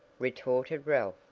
retorted ralph.